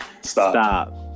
stop